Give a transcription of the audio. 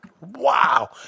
Wow